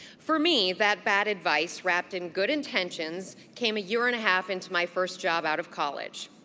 for me, that bad advice wrapped in good intentions came a year and a half into my first job out of college.